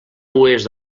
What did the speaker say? oest